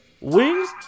Wings